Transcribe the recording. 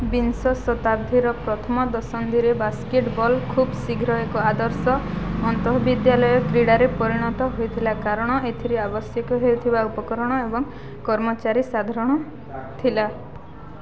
ବିଂଶ ଶତାବ୍ଦୀର ପ୍ରଥମ ଦଶନ୍ଧିରେ ବାସ୍କେଟ୍ ବଲ୍ ଖୁବ୍ ଶୀଘ୍ର ଏକ ଆଦର୍ଶ ଅନ୍ତଃବିଦ୍ୟାଳୟ କ୍ରୀଡ଼ାରେ ପରିଣତ ହୋଇଥିଲା କାରଣ ଏଥିରେ ଆବଶ୍ୟକ ହେଉଥିବା ଉପକରଣ ଏବଂ କର୍ମଚାରୀ ସାଧାରଣ ଥିଲା